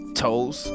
toes